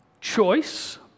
choice